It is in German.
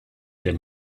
der